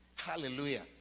hallelujah